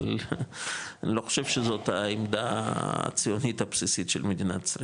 אבל לא חושב שזאת העמדה הציונית הבסיסית של מדינת ישראל